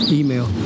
email